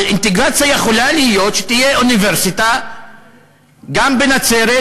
אבל אינטגרציה יכולה להיות כשתהיה אוניברסיטה גם בנצרת,